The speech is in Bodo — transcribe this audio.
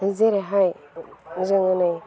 जेरैहाय जोङो नै